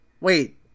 Wait